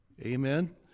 Amen